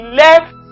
left